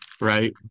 right